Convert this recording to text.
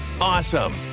Awesome